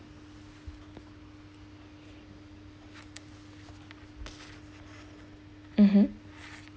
mmhmm